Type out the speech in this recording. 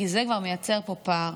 כי זה כבר מייצר פה פער.